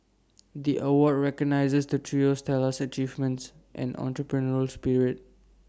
the award recognises the trio's stellar achievements and entrepreneurial spirit